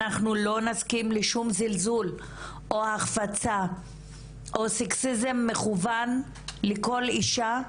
אנחנו לא נסכים לשום זלזול או החפצה או סקסיזם מכוון לכל אישה,